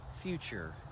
future